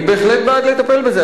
אני בהחלט בעד לטפל בזה.